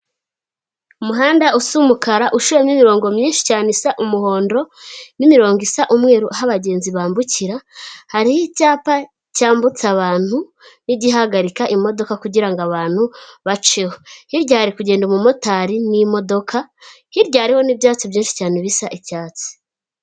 Umuhanda usa umukara ucoyemo imirongo myinshi cyane isa umuhondo n'imirongo isa umweru aho abagenzi bambukira, hari icyapa cyambutsa abantu n'igihagarika imodoka kugira ngo abantu baceho. Hirya hari kugenda umumotari n'imodoka, hirya hariho n'ibyatsi byinshi cyane bisa icyatsi.